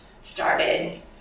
started